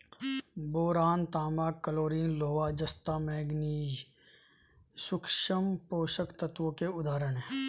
boron, तांबा, chlorine, लोहा, जस्ता, मैंगनीज सूक्ष्म पोषक तत्वों के उदाहरण हैं